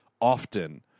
often